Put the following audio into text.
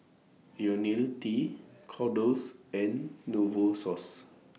Ionil T Kordel's and Novosource